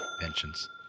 Pensions